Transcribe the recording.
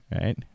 right